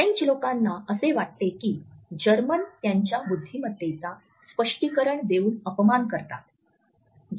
French लोकांना असे वाटते की जर्मन त्यांच्या बुद्धिमत्तेचा स्पष्टीकरण देऊन अपमान करतात